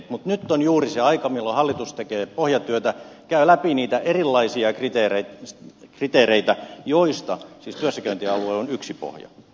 mutta nyt on juuri se aika milloin hallitus tekee pohjatyötä käy läpi niitä erilaisia kriteereitä joista siis työssäkäyntialue on yksi pohja